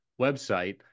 website